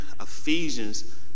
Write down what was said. Ephesians